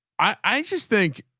i just think,